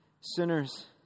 Sinners